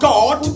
God